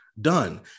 done